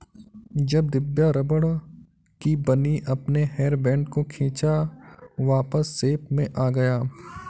जब दिव्या रबड़ की बनी अपने हेयर बैंड को खींचा वापस शेप में आ गया